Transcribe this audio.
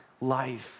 life